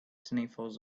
sniffles